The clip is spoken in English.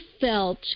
felt